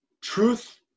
Truth